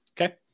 Okay